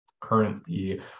currently